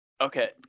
Okay